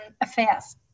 affairs